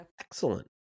Excellent